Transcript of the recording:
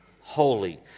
holy